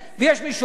ויש מישהו אחר,